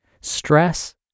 stress